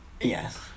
Yes